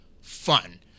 fun